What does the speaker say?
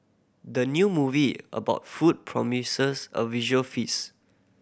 the new movie about food promises a visual feast